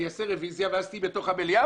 אני אעשה רביזיה ואז תהיי בתוך המליאה